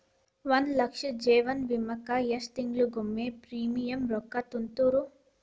ಒಂದ್ ಲಕ್ಷದ ಜೇವನ ವಿಮಾಕ್ಕ ಎಷ್ಟ ತಿಂಗಳಿಗೊಮ್ಮೆ ಪ್ರೇಮಿಯಂ ರೊಕ್ಕಾ ತುಂತುರು?